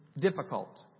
difficult